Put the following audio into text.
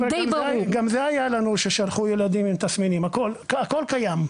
גם זה היה לנו ששלחו ילדים עם תסמינים, הכל קיים.